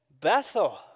Bethel